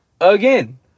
again